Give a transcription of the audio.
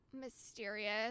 mysterious